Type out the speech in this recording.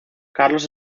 carlos